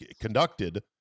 conducted